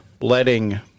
letting